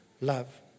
love